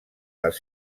les